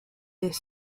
les